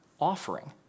offering